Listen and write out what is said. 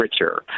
richer